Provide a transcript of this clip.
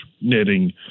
netting